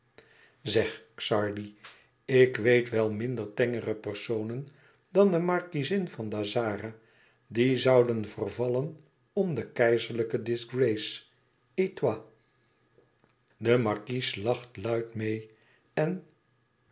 zeg xardi ik weet wel minder tengere personen dan de markiezin van dazzara die zouden vervallen om de keizerlijke disgrâce et toi de markies lacht luid meê en